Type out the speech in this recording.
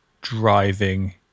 driving